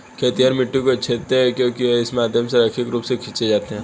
खेतिहर मिट्टी को छेदते हैं क्योंकि वे इसके माध्यम से रैखिक रूप से खींचे जाते हैं